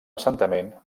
assentament